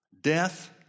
death